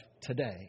today